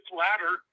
ladder